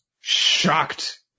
shocked